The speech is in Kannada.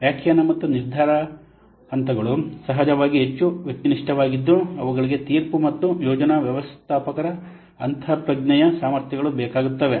ವ್ಯಾಖ್ಯಾನ ಮತ್ತು ನಿರ್ಧಾರದ ಹಂತಗಳು ಸಹಜವಾಗಿ ಹೆಚ್ಚು ವ್ಯಕ್ತಿನಿಷ್ಠವಾಗಿದ್ದು ಅವುಗಳಿಗೆ ತೀರ್ಪು ಮತ್ತು ಯೋಜನಾ ವ್ಯವಸ್ಥಾಪಕರ ಅಂತಃಪ್ರಜ್ಞೆಯ ಸಾಮರ್ಥ್ಯಗಳು ಬೇಕಾಗುತ್ತವೆ